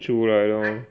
出来 lor